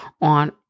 on